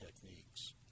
techniques